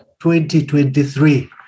2023